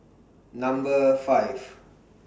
Number five